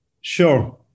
Sure